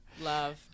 Love